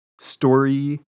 story